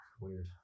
Weird